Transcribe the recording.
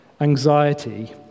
anxiety